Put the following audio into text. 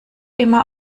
immer